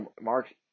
Mark